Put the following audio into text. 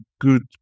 good